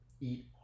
eat